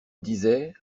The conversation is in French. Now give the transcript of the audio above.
disait